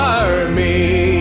army